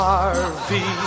Harvey